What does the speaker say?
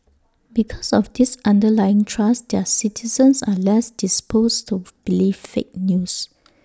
because of this underlying trust their citizens are less disposed tofu believe fake news